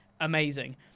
amazing